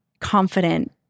confident